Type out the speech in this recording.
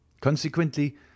Consequently